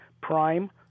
Prime